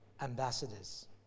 ambassadors